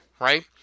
right